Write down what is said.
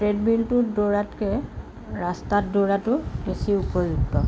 ট্ৰেডমিলটোত দৌৰাতকৈ ৰাস্তাত দৌৰাটো বেছি উপযুক্ত